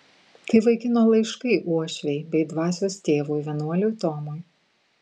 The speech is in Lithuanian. tai vaikino laiškai uošvei bei dvasios tėvui vienuoliui tomui